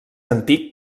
antic